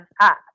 up